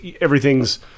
everything's